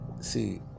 See